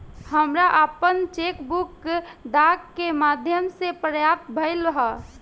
हमरा आपन cheque book डाक के माध्यम से प्राप्त भइल ह